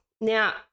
Now